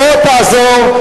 בוא תעזור,